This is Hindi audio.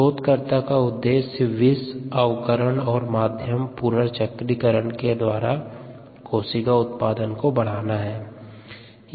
शोधकर्ता का उद्देश्य विष अवकरण और माध्यम पुनर्चक्रीकरण के द्वारा से कोशिका उत्पादन को बढ़ाना है